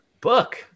book